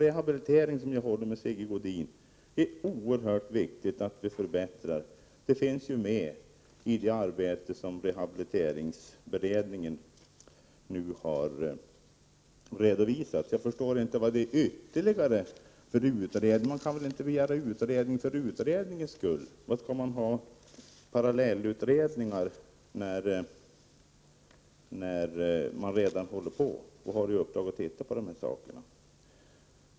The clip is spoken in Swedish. Rehabiliteringen är det oerhört viktigt att förbättra — där håller jag med Sigge Godin — och detta finns med i det arbete som rehabiliteringsberedningen nu har redovisat. Jag förstår inte vad det skulle behövas för ytterligare utredningar. Man kan väl inte begära utredning för utredandets skull. Varför skall man ha parallellutredningar, när det redan finns ett uppdrag att titta på de här sakerna?